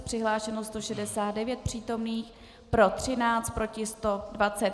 Přihlášeno 169 přítomných, pro 13, proti 120.